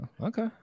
Okay